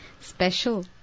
special